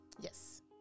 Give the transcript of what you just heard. Yes